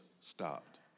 stopped